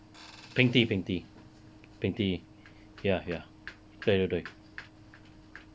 peng ti peng ti peng ti ya ya 对对对